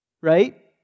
Right